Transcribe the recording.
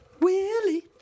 Willie